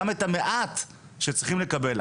גם את המעט שצריכים לקבל.